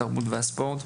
התרבות והספורט,